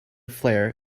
flare